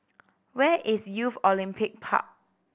where is Youth Olympic Park